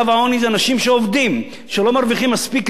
שעובדים ולא מרוויחים מספיק כדי להתקיים.